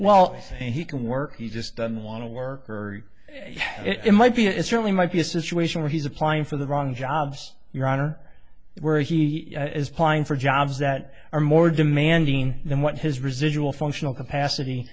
well he can work he just doesn't want to work or it might be a it certainly might be a situation where he's applying for the wrong jobs your honor where he is plying for jobs that are more demanding than what his residual functional capacity